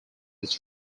its